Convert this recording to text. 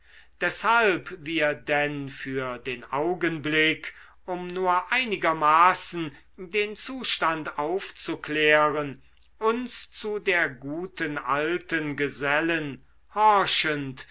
deshalb wir denn für den augenblick um nur einigermaßen den zustand aufzuklären uns zu der guten alten gesellen